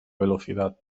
velocidad